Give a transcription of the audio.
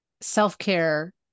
self-care